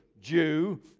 Jew